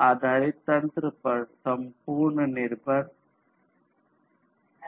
आधारित तंत्र पर संपूर्ण पर निर्भर है